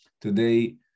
Today